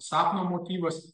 sapno motyvas